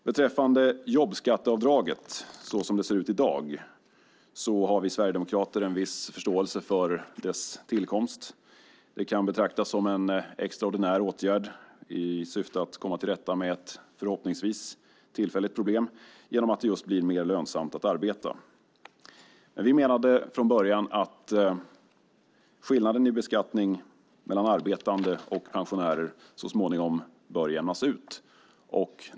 Beträffande jobbskatteavdraget, såsom det ser ut i dag, har vi sverigedemokrater en viss förståelse för dess tillkomst. Det kan betraktas som en extraordinär åtgärd i syfte att komma till rätta med ett förhoppningsvis tillfälligt problem genom att det blir mer lönsamt att arbeta. Vi menade dock från början att skillnaden i beskattning mellan arbetande och pensionärer så småningom bör jämnas ut.